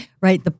Right